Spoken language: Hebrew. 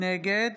נגד